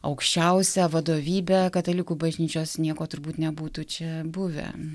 aukščiausia vadovybe katalikų bažnyčios nieko turbūt nebūtų čia buvę